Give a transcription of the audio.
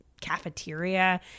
cafeteria